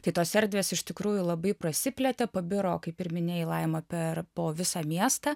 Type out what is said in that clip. tai tos erdvės iš tikrųjų labai prasiplėtė pabiro kaip ir minėjai laima per po visą miestą